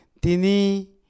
tini